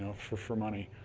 ah for for money.